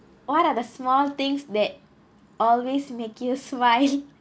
what are the small things that always make you smile